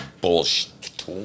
bullshit